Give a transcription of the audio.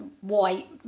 white